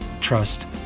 trust